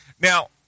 Now